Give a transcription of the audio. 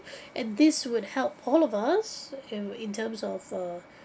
and this would help all of us in in terms of a